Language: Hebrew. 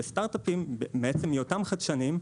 וסטארט-אפים מעצם היותם חדשניים,